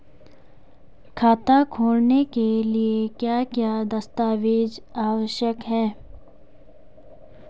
खाता खोलने के लिए क्या क्या दस्तावेज़ आवश्यक हैं?